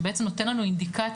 שבעצם נותן לנו אינדיקציה,